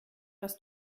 was